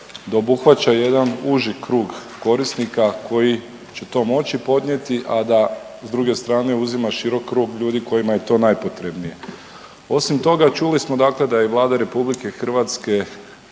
da obuhvaća jedan uži krug korisnika koji će to moći podnijeti, a da s druge strane uzima širok krug ljudi kojima je to najpotrebnije. Osim toga, čuli smo dakle da i Vlada RH i dva